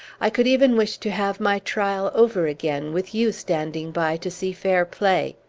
i could even wish to have my trial over again, with you standing by to see fair play!